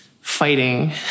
fighting